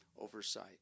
oversight